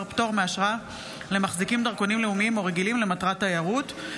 פטור מאשרה למחזיקים דרכונים לאומיים או רגילים למטרת תיירות.